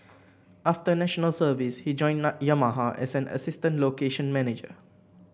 after National Service he joined Yamaha as an assistant location manager